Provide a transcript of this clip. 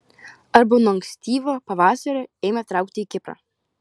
arba nuo ankstyvo pavasario ėmė traukti į kiprą